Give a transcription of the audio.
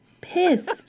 Pissed